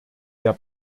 der